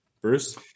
Bruce